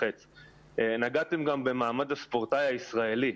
נגעתם גם במעמד הספורטאי הישראלי,